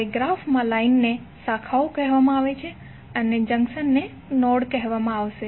હવે ગ્રાફમાં લાઈનને શાખાઓ કહેવામાં આવે છે અને જંકશન ને નોડ કહેવામાં આવશે